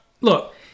look